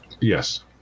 Yes